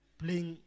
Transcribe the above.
playing